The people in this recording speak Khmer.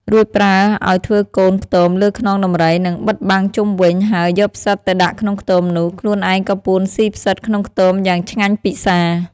រួចប្រើឲ្យធ្វើកូនខ្ទមលើខ្នងដំរី និងបិទបាំងជុំវិញ ហើយយកផ្សិតទៅដាក់ក្នុងខ្ទមនោះ។ ខ្លួនឯងក៏ពួនស៊ីផ្សិតក្នុងខ្ទមយ៉ាងឆ្ងាញ់ពិសា។